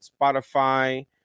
Spotify